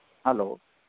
hello